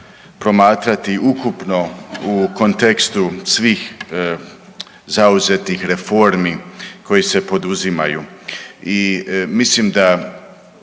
promatrati ukupno u kontekstu svih zauzetih reformi koje se poduzimaju i mislim da